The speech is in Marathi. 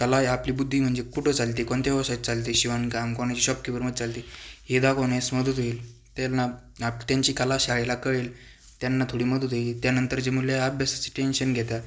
कल आहे आपली बुद्धी म्हणजे कुठं चालते कोणत्या व्यवसायात चालते शिवणकाम कोणाची शॉपकिपरमधे चालती हे दाखवण्यास मदत होईल त्यांना आपआप त्यांची कला शाळेला कळेल त्यांना थोडी मदत होई त्यानंतर जे मुलं अभ्यासाचं टेन्शन घेता